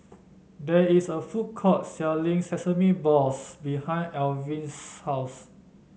there is a food court selling Sesame Balls behind Alvy's house